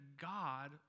God